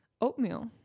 Oatmeal